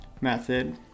method